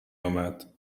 امد